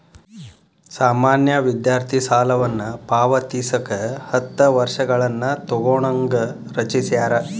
ಸಾಮಾನ್ಯ ವಿದ್ಯಾರ್ಥಿ ಸಾಲವನ್ನ ಪಾವತಿಸಕ ಹತ್ತ ವರ್ಷಗಳನ್ನ ತೊಗೋಣಂಗ ರಚಿಸ್ಯಾರ